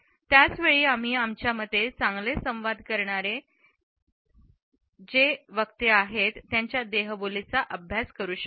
त्याच वेळी आम्ही आमच्या मते चांगले संवाद करणारे आहेत लोकांच्या देहबोलीचा अभ्यास करू शकतो